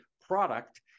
product